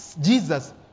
Jesus